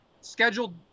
scheduled